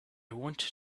want